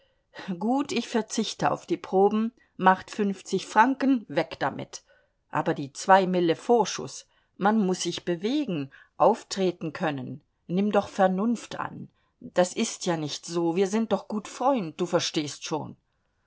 gut ich verzichte auf die proben macht fünfzig franken weg damit aber die zwei mille vorschuß man muß sich bewegen auftreten können nimm doch vernunft an das ist ja nicht so wir sind doch gut freund du verstehst schon